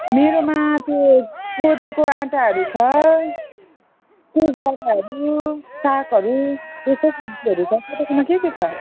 मेरोमा त्यो कोदोको आँटाहरू छ त्यही जराहरू सागहरू त्यस्तै सब्जीहरू छ तपाईँको के के छ